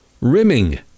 rimming